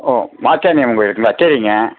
ஓ மாசாணி அம்மன் கோயிலுக்குங்களா சரிங்க